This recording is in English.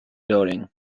building